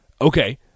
Okay